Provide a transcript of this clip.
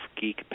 geek